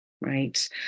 right